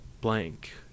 blank